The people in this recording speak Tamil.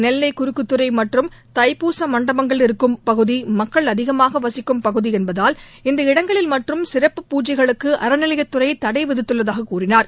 நெல்லை குறுக்குத்துறை மற்றும் தைப்பூச மண்டபங்கள் இருக்கும் பகுதி மக்கள் அதிகமாக வசிக்கும் பகுதி என்பதால் அந்த இடங்களில் மட்டும் சிறப்பு பூஜைகளுக்கு அறநிலையத் துறை தடை விதித்துள்ளதாக கூறினார்